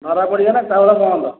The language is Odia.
ଧରା ପଡ଼ିଗଲା ଚାଉଳ ବନ୍ଦ